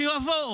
שיבואו.